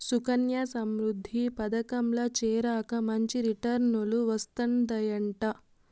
సుకన్యా సమృద్ధి పదకంల చేరాక మంచి రిటర్నులు వస్తందయంట